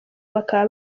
bakaba